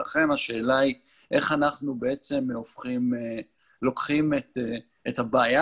לכן השאלה היא איך אנחנו לוקחים את הבעיה